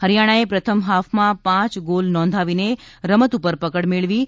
હરિયાણાએ પ્રથમ હાફમાં પાંચ ગોલ નોંધાવીને રમત ઉપર પકડ મેળવી હતી